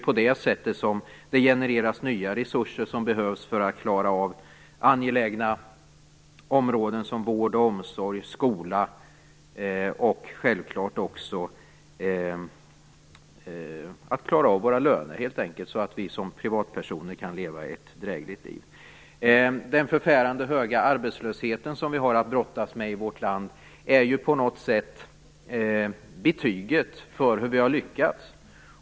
På det sättet genereras nya resurser som behövs för att klara av angelägna områden som vård, omsorg, skola och självklart också för att klara av våra löner så att vi som privatpersoner kan leva ett drägligt liv. Den förfärande höga arbetslösheten som vi har att brottas med i vårt land är på något sätt betyget för hur vi har lyckats.